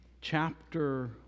chapter